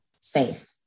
safe